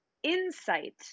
insight